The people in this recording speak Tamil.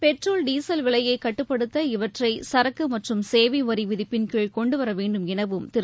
பெட்ரோல் டீசல் விலையை கட்டுப்படுத்த இவற்றை சரக்கு மற்றும் சேவை வரி விதிப்பின்கீழ் கொண்டு வர வேண்டும் எனவும் திரு